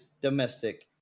domestic